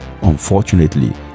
Unfortunately